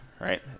right